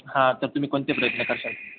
हां तर तुम्ही कोणते प्रयत्न कराल